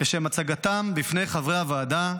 לשם הצגתם בפני חברי הוועדה,